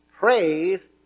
Praise